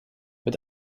mit